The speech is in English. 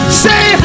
say